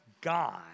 God